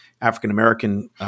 African-American